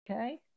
Okay